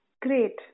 Great